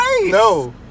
No